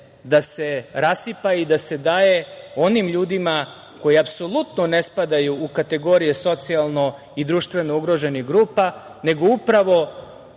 zemlje rasipa i daje onim ljudima koji apsolutno ne spadaju u kategorije socijalno i društveno ugroženih grupa, nego upravo